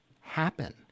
happen